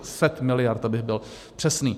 Set miliard, abych byl přesný.